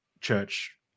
church